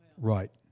Right